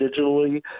digitally